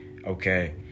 Okay